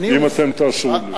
אם אתם תאשרו לי.